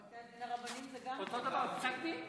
בתי הדין הרבניים זה גם פסק דין,